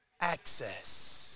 Access